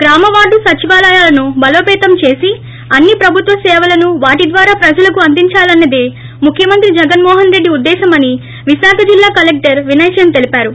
గ్రామ వార్లు సచివాలయాలను బలోపేతం చేసి అన్ని ప్రభుత్వ సేవలను వాటి ద్వారా ప్రజలకు అందించాలన్న దే ముఖ్యమంత్రి జగన్మోహన్ రెడ్డి ఉద్దేశమని విశాఖ జిల్లా కలెక్టర్ వినయ్ చంద్ తెలిపారు